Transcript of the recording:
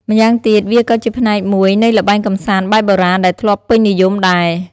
ម៉្យាងទៀតវាក៏ជាផ្នែកមួយនៃល្បែងកំសាន្តបែបបុរាណដែលធ្លាប់ពេញនិយមដែរ។